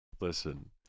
listen